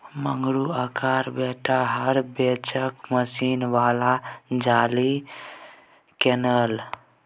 मंगरुआक बेटा हर बेचिकए मशीन बला झालि किनलकै